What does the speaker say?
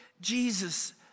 Jesus